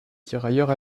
tirailleurs